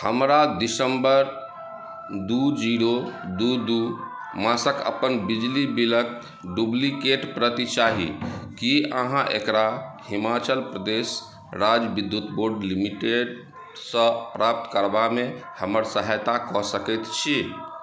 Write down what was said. हमरा दिसम्बर दू जीरो दू दू मासक अपन बिजली बिलक डुप्लिकेट प्रति चाही की अहाँ एकरा हिमाचल प्रदेश राज्य विद्युत बोर्ड लिमिटेडसँ प्राप्त करबामे हमर सहायता कऽ सकैत छी